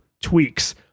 tweaks